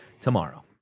tomorrow